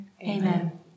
Amen